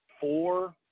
four